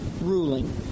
ruling